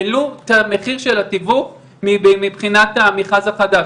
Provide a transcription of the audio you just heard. העלו את המחיר של התיווך מבחינת המכרז החדש.